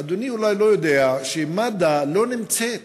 אדוני אולי לא יודע שמד"א לא נמצאת,